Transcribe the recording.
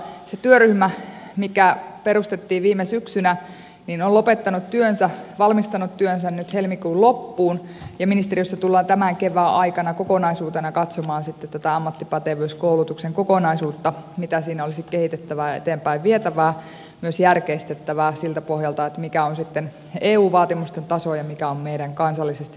se työryhmä mikä perustettiin viime syksynä on lopettanut työnsä valmistanut työnsä nyt helmikuun loppuun ja ministeriössä tullaan tämän kevään aikana kokonaisuutena katsomaan tätä ammattipätevyyskoulutuksen kokonaisuutta mitä siinä olisi kehitettävää ja eteenpäin vietävää myös järkeistettävää siltä pohjalta mikä on sitten eu vaatimusten taso ja mikä on meidän kansallisesti säädeltyä kokonaisuutta